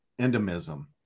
endemism